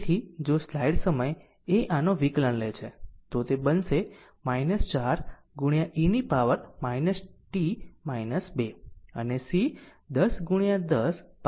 તેથી જો સ્લાઈડ સમય એ આનો વિકલન લે છે તો તે બનશે 4 e ની પાવર t 2 અને C 10 10 પાવર માટે છે 6